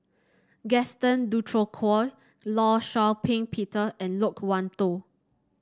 Gaston Dutronquoy Law Shau Ping Peter and Loke Wan Tho